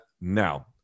now